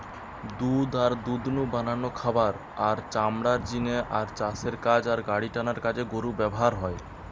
দুধ আর দুধ নু বানানো খাবার, আর চামড়ার জিনে আর চাষের কাজ আর গাড়িটানার কাজে গরু ব্যাভার হয়